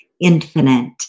infinite